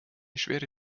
schwere